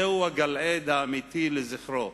זהו הגלעד האמיתי לזכרו.